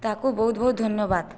ତାକୁ ବହୁତ ବହୁତ ଧନ୍ୟବାଦ